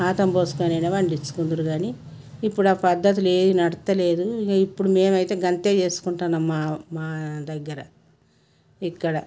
ఆతం పోసుకొని అయినా పండిచ్చుకుండురు గానీ ఇప్పుడు ఆ పద్ధతులు ఏవి నడుత్తలేదు ఈగ ఇప్పుడు మేమైతే గంతే చేసుకుంటున్నాం మా మా దగ్గర ఇక్కడ